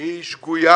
היא שגויה